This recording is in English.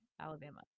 Alabama